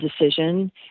decision